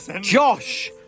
Josh